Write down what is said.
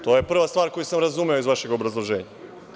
To je prva stvar koju sam razumeo iz vašeg obrazloženja.